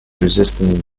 resistant